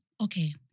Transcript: okay